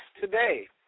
today